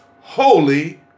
holy